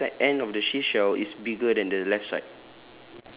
the right side end of the seashell is bigger than the left side